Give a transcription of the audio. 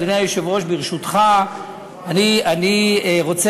אדוני היושב-ראש,